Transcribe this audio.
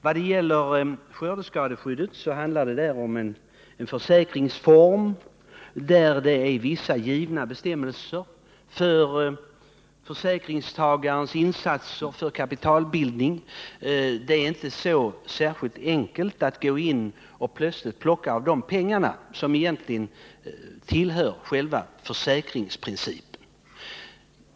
Vad gäller skördeskadeskyddet handlar det om en försäkringsform med vissa givna bestämmelser för försäkringstagarens insatser för kapitalbildning. Det är inte särskilt enkelt att plötsligt gå in och plocka av de pengarna — det är egentligen ett ingrepp i själva avtalet mellan staten och jordbruket.